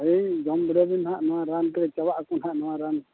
ᱦᱳᱭ ᱡᱚᱢ ᱵᱤᱰᱟᱹᱣ ᱵᱮᱱ ᱦᱟᱸᱜ ᱱᱚᱣᱟ ᱨᱟᱱᱛᱮ ᱪᱟᱵᱟᱜᱼᱟᱠᱚ ᱱᱟᱦᱟᱜ ᱱᱚᱣᱟ ᱨᱟᱱ